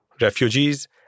refugees